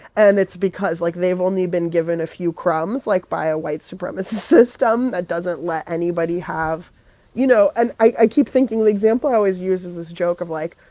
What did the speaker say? and it's because, like, they've only been given a few crumbs, like, by a white supremacist system that doesn't let anybody have you know and i keep thinking the example i always use is this joke of, like,